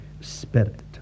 Spirit